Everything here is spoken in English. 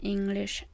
English